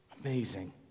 Amazing